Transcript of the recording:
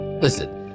Listen